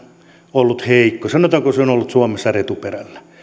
ollut heikkoa sanotaanko että se on ollut suomessa retuperällä